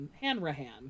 Hanrahan